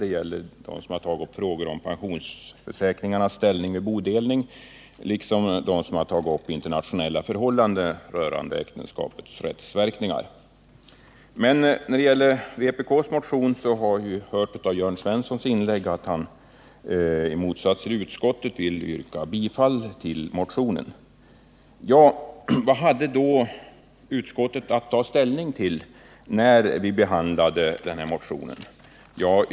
Det gäller dem som har tagit upp frågan om pensionsförsäkringarnas ställning vid bodelning liksom dem som har tagit upp internationella rättsförhållanden rörande äktenskapets rättsverkningar. Men när det gäller vpk:s motion vill Jörn Svensson i motsats till utskottet yrka bifall till denna. Vad hade då utskottet att ta ställning när vi behandlade den motionen?